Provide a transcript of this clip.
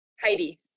Heidi